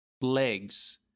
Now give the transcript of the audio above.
legs